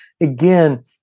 Again